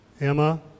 Emma